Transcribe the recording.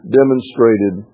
demonstrated